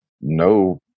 no